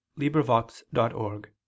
librivox.org